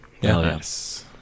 Yes